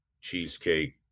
cheesecake